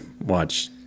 watch